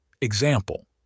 Example